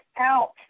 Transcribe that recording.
out